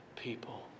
people